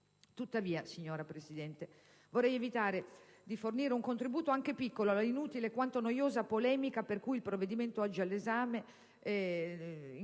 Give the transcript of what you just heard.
Tuttavia, signora Presidente, vorrei evitare di fornire un contributo, anche piccolo, alla inutile, quanto noiosa, polemica per cui con il provvedimento oggi all'esame il Governo